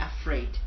afraid